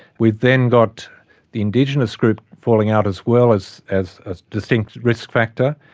we then got the indigenous group falling out as well as as a distinct risk factor.